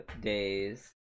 days